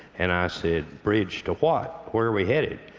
and i said, bridge to what? where are we headed?